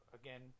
again